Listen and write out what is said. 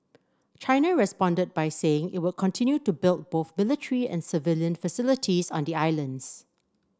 China responded by saying it would continue to build both military and civilian facilities on the islands